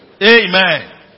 Amen